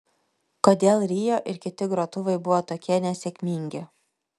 kodėl rio ir kiti grotuvai buvo tokie nesėkmingi